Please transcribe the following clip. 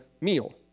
meal